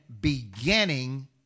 beginning